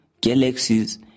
galaxies